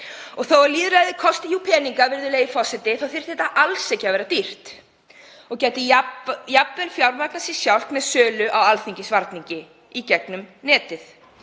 Þó að lýðræðið kosti jú peninga, virðulegi forseti, þyrfti þetta alls ekki að vera dýrt og gæti jafnvel fjármagnað sig sjálft með sölu á Alþingisvarningi í gegnum netið.